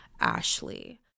Ashley